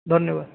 ଧନ୍ୟବାଦ